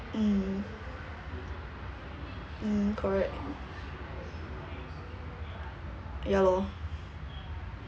mm mm correct ya lor